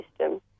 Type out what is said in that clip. system